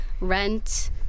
rent